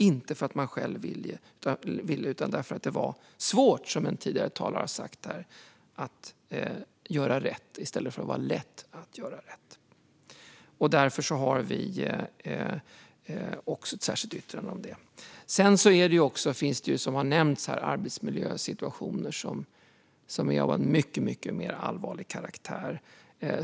Det beror inte på att man vill det, utan på att det, som en tidigare talare sagt, är svårt att göra rätt i stället för lätt att göra rätt. Därför har vi ett särskilt yttrande om det. Som nämnts här finns det också arbetsmiljösituationer av mycket allvarligare karaktär.